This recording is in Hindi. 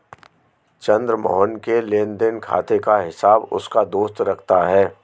चंद्र मोहन के लेनदेन खाते का हिसाब उसका दोस्त रखता है